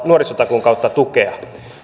nuorisotakuun kautta tukea